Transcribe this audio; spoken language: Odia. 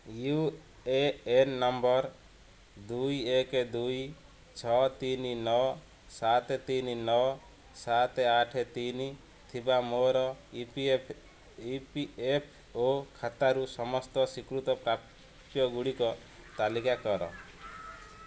ୟୁ ଏ ଏନ୍ ନମ୍ବର ଦୁଇ ଏକ ଦୁଇ ଛଅ ତିନି ନଅ ସାତ ତିନି ନଅ ସାତ ଆଠ ତିନି ଥିବା ମୋର E P F E P F O ଖାତାରୁ ସମସ୍ତ ସ୍ଵୀକୃତ ପ୍ରାପ୍ୟଗୁଡ଼ିକ ତାଲିକା କର